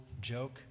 joke